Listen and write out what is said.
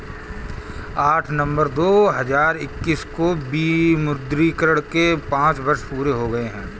आठ नवंबर दो हजार इक्कीस को विमुद्रीकरण के पांच वर्ष पूरे हो गए हैं